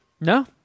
No